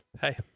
hey